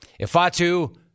Ifatu